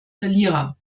verlierer